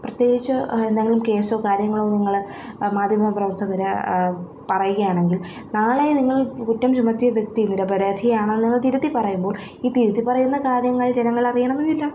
പ്രത്യേകിച്ച് എന്തെങ്കിലും കേസോ കാര്യങ്ങളോ നിങ്ങൾ മാധ്യമ പ്രവർത്തകർ പറയുകയാണെങ്കിൽ നാളെ നിങ്ങൾ കുറ്റം ചുമത്തിയ വ്യക്തി നിരപരാധി ആണെന്ന് നിങ്ങൾ തിരുത്തി പറയുമ്പോൾ ഈ തിരുത്തിപ്പറയുന്ന കാര്യങ്ങൾ ജനങ്ങൾ അറിയണമെന്നുമില്ല